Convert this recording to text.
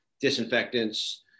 disinfectants